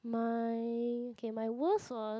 my okay my worst was